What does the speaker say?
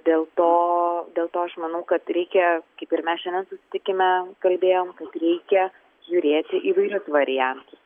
dėl to dėl to aš manau kad reikia kaip ir mes šiandien susitikime kalbėjom kad reikia žiūrėti įvairius variantus